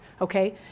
okay